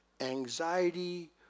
anxiety